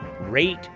rate